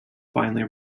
finally